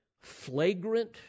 flagrant